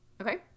Okay